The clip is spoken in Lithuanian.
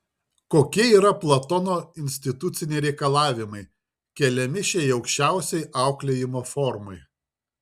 kokie yra platono instituciniai reikalavimai keliami šiai aukščiausiai auklėjimo formai